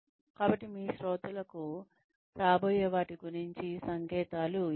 కాబట్టి మీ శ్రోతలకు రాబోయే వాటి గురించి సంకేతాలు ఇవ్వండి